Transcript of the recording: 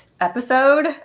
episode